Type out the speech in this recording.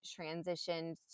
transitioned